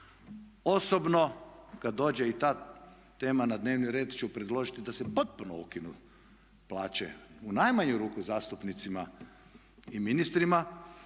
Osobno kad dođe i ta tema na dnevni red ću predložiti da se potpuno ukinu plaće u najmanju ruku zastupnicima i ministrima.